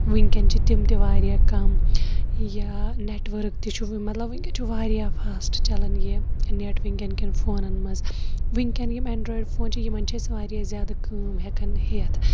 وٕنکیٚن چھِ تِم تہِ واریاہ کَم یا نیٚٹؤرٕک تہِ چھُ مطلب وٕنکیٚن چھُ واریاہ فاسٹ چلان یہِ نیٹ وٕنکیٚن کین فونن منٛز وٕنکین یِم ایٚنڈرایِڈ چھِ یِمن چھِ أسۍ واریاہ زیادٕ کٲم ہیٚکان ہٮ۪تھ